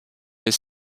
les